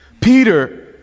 Peter